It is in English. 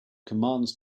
commands